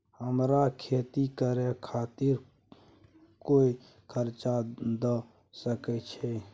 हमरा खेती करे खातिर कोय कर्जा द सकय छै?